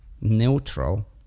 neutral